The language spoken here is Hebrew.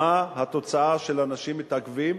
מה התוצאה כשאנשים מתעכבים,